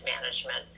management